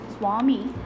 Swami